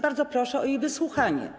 Bardzo proszę o jej wysłuchanie.